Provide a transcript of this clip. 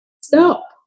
stop